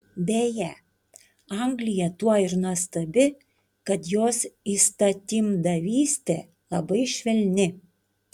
beje anglija tuo ir nuostabi kad jos įstatymdavystė labai švelni